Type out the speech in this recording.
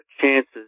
chances